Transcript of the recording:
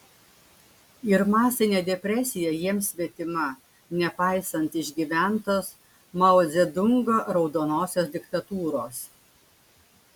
ir masinė depresija jiems svetima nepaisant išgyventos mao dzedungo raudonosios diktatūros